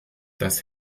das